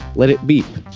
let it beep.